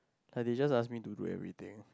like they just ask me to do everything